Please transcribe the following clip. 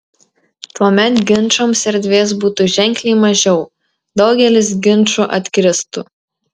tuomet ginčams erdvės būtų ženkliai mažiau daugelis ginčų atkristų